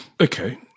Okay